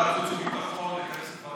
ועדת החוץ והביטחון לכנס את ועדת המשנה.